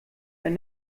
ein